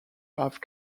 have